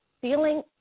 feeling